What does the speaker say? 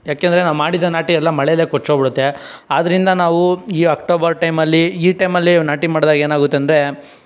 ಏಕೆಂದ್ರೆ ನಾವು ಮಾಡಿದ ನಾಟಿ ಎಲ್ಲ ಮಳೆಲೇ ಕೊಚ್ಚೋಗಿ ಬಿಡುತ್ತೆ ಆದ್ದರಿಂದ ನಾವು ಈ ಅಕ್ಟೋಬರ್ ಟೈಮಲ್ಲಿ ಈ ಟೈಮಲ್ಲಿ ನಾಟಿ ಮಾಡ್ದಾಗ ಏನಾಗುತ್ತೆ ಅಂದರೆ